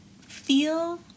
feel